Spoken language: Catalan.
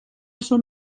son